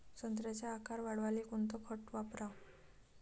संत्र्याचा आकार वाढवाले कोणतं खत वापराव?